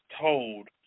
told